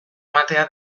ematea